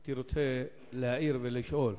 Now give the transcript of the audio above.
הייתי רוצה להעיר ולשאול.